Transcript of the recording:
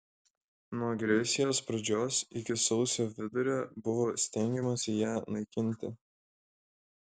nuo agresijos pradžios iki sausio vidurio buvo stengiamasi ją naikinti